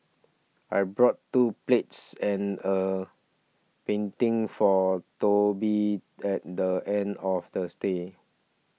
I brought two plates and a painting for Toby at the end of the stay